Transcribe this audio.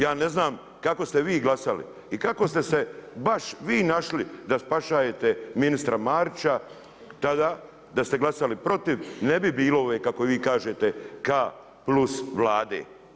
Ja ne znam kako ste vi glasali i kako ste se baš vi našli da spašavate ministra Marića tada da ste glasali protiv, ne bi bilo ove kako vi kažete K+ Vlade.